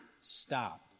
stop